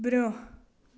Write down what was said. برٛونٛہہ